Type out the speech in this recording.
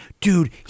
dude